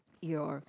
your